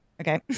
Okay